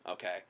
Okay